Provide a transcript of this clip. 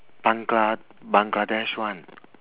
Bangla~ Bangladesh one